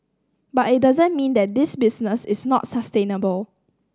but it doesn't mean that this business is not sustainable